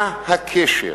מה הקשר